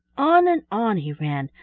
on and on he ran,